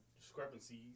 discrepancies